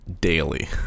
daily